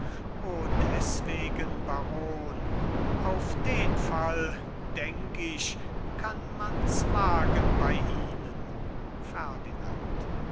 o deßwegen baron auf den fall denk ich kann man's wagen bei ihnen ferdinand